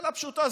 שאלה פשוטה,